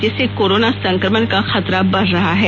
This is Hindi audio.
जिससे कोरोना संक्रमण का खतरा बढ़ रहा है